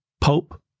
Pope